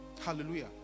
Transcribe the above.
Hallelujah